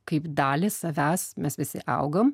kaip dalį savęs mes visi augam